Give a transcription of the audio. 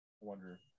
wonder